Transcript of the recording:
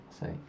Say